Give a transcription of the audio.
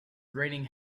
raining